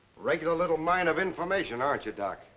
regular little mine of information, aren't you, doc?